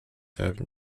have